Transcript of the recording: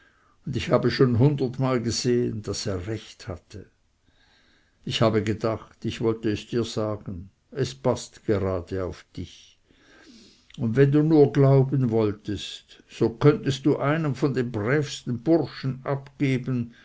und ich habe schon hundertmal gesehen daß er recht hatte ich habe gedacht ich wolle es dir sagen es passet gerade auf dich und wenn du nur glauben wolltest so könntest du einen von den brävsten burschen abgeben